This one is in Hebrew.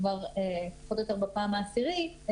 פחות או יותר בפעם העשירית,